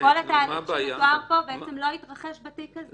כל התהליך שמתואר פה לא יתרחש בתיק הזה.